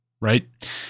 right